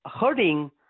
hurting